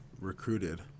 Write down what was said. recruited